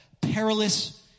Perilous